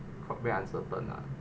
all very uncertain lah